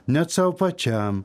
net sau pačiam